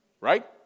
Right